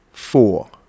four